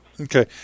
Okay